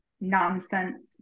nonsense